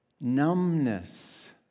numbness